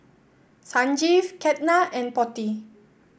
Sanjeev Ketna and Potti